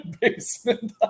basement